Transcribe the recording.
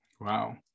Wow